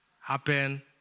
happen